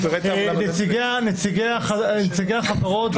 נציגי החברות,